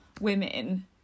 women